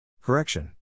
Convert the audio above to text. Correction